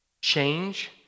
Change